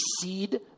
seed